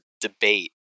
debate